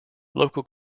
local